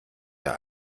der